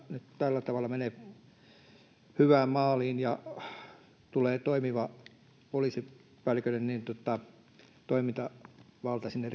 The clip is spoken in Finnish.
nyt tällä tavalla menee hyvään maaliin ja tulee toimiva ja riittävä poliisipäälliköiden toimintavalta sinne